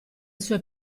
sue